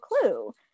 clue